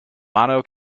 mono